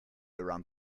around